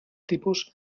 tipus